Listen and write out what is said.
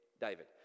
David